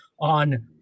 on